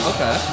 Okay